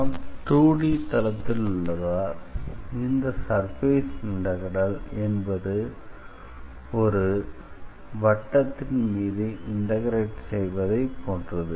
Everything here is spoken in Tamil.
நாம் 2D தளத்தில் உள்ளதால் இந்த சர்ஃபேஸ் இன்டெக்ரல் என்பது ஒரு வட்டத்தின் மீது இன்டெக்ரேட் செய்வதை போன்றது